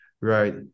right